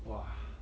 !wah!